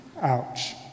ouch